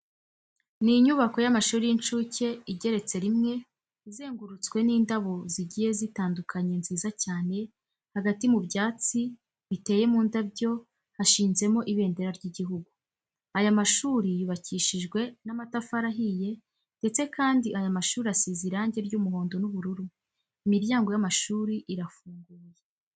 Ni inyubako y'amashuri y'incuke igeretse rimwe, izengurutswe n'indabo zigiye zitandukanye nziza cyane, hagati mu byansi biteye mu ndabyo hashinzemo ibendera ry'igihugu. Aya mashuri yubakishijwe n'amatafari ahiye ndetse kandi aya mashuri asize irange ry'umuhondo n'ubururu, imiryango y'amashuri irafunguye.